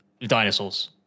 dinosaurs